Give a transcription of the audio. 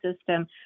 system